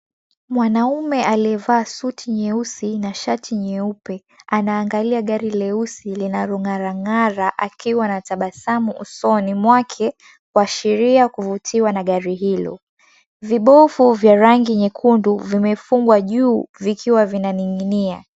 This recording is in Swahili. Mwanaume aliyevaa suti nyeusi na shati nyeupe. Anaangalia gari leusi linalong'arang'ara akiwa na tabasamu usoni mwake, kuashiria kuvutiwa na gari hilo. Vibofu vya rangi nyekundu vimefungwa juu vikiwa vina ning'inia.